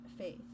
faith